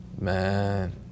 Man